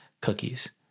cookies